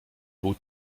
był